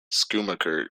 schumacher